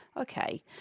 okay